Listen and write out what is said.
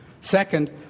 Second